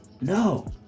No